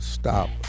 Stop